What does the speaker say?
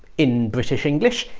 in british english,